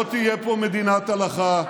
לא תהיה פה מדינת הלכה.